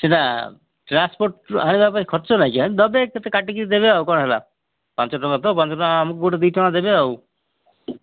ସେଇଟା ଟ୍ରାନ୍ସପୋର୍ଟ ହେବା ପାଇଁ ଖର୍ଚ୍ଚ ନାଇକି ଦେବେ କେତେ କାଟିକି ଦେବେ ଆଉ କ'ଣ ହେଲା ପାଞ୍ଚ ଟଙ୍କା ତ ପାଞ୍ଚ ଟଙ୍କା ଆମକୁ ଗୋଟେ ଦୁଇ ଟଙ୍କା ଦେବେ ଆଉ